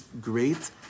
great